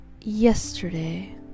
yesterday